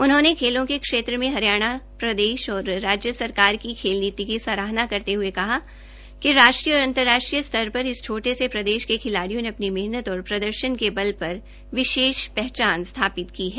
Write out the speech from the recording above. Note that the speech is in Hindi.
उन्होंने खेलों के क्षेत्र में हरियाणा प्रदेश और राज्य सरकार की खेल नीति की सराहना करते हए कहा कि राष्ट्रीय और अंतर्राष्ट्रीय स्तर पर इस छोटे से प्रदेश के खिलाडिय़ों ने अपनी मेहनत और प्रदर्शन के बल पर विशेष पहचान स्थापित की है